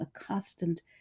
accustomed